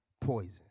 poison